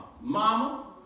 Mama